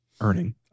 earning